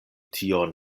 tion